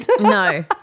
No